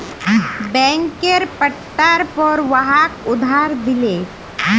बैंकेर पट्टार पर वहाक उधार दिले